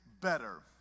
better